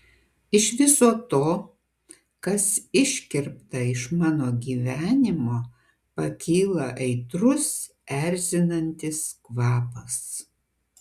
iš viso to kas iškirpta iš mano gyvenimo pakyla aitrus erzinantis kvapas